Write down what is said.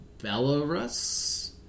Belarus